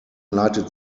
leitet